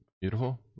beautiful